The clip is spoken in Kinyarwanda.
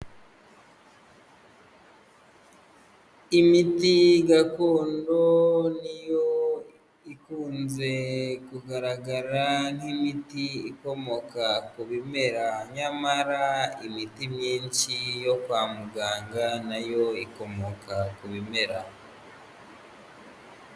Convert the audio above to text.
Imiti gakondo niyo ikunze kugaragara nk'imiti ikomoka ku bimera, nyamara imiti myinshi yo kwa muganga nayo ikomoka ku bimera.